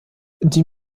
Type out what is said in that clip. die